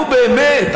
נו, באמת.